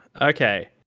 Okay